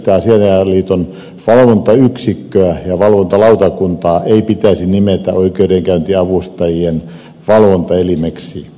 tästä syystä asianajajaliiton valvontayksikköä ja valvontalautakuntaa ei pitäisi nimetä oikeudenkäyntiavustajien valvontaelimeksi